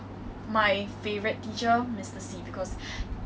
我记得他不只是有 shouting lah